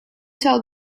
tell